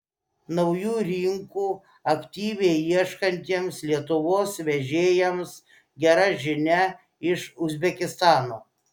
naujų rinkų aktyviai ieškantiems lietuvos vežėjams gera žinia iš uzbekistano